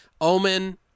Omen